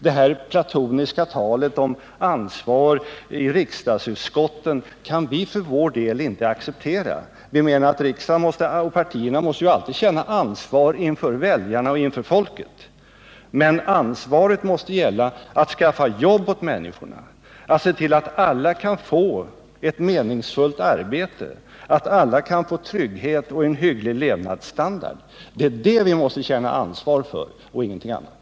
Det platoniska talet om ansvar i utrikesutskotten kan vi för vår del inte acceptera. Vi menar att partierna alltid måste känna ansvar inför väljarna, men ansvaret måste gälla att skaffa jobb åt människorna, att se till att alla kan få ett meningsfullt arbete, att alla kan få trygghet och en hygglig levnadsstandard. Det är detta vi måste känna ansvar för och ingenting annat.